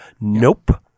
Nope